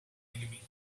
living